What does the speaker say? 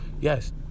yes